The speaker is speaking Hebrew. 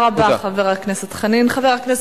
תודה רבה, חבר הכנסת חנין.